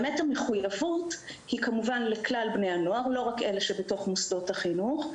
המחויבות היא כמובן לכלל בני הנוער ולא רק לאלה שבתוך מוסדות החינוך.